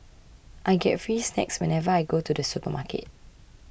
I get free snacks whenever I go to the supermarket